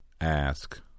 Ask